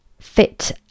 fit